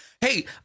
Hey